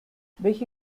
welche